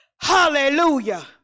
Hallelujah